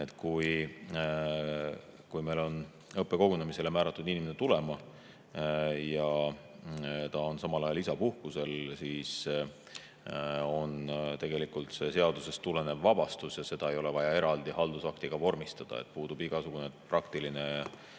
kui meil on õppekogunemisele määratud tulema inimene, kes on samal ajal isapuhkusel, siis on see seadusest tulenev vabastus ja seda ei ole vaja eraldi haldusaktiga vormistada. Puudub igasugune praktiline vajadus